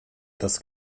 das